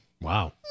Wow